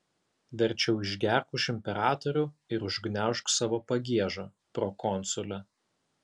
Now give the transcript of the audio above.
verčiau išgerk už imperatorių ir užgniaužk savo pagiežą prokonsule